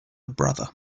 brother